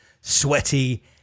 sweaty